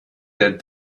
der